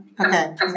Okay